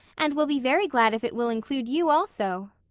and we'll be very glad if it will include you, also.